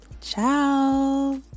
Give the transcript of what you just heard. Ciao